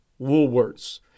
Woolworths